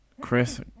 Chris